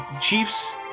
Chiefs